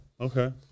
Okay